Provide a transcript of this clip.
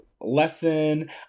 lesson